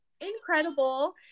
incredible